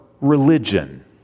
religion